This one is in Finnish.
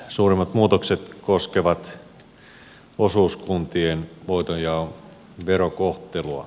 suurimmat muutokset koskevat osuuskuntien voitonjaon verokohtelua